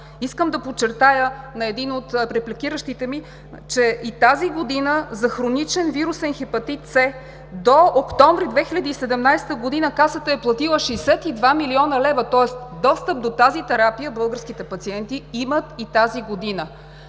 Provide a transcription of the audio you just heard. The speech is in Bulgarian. Искам да подчертая на един от репликиращите ме, че и тази година за хроничен вирусен Хепатит С до октомври 2017 г. Касата е платила 62 млн. лв. Тоест достъп до тази терапия българските пациенти имат и тази година.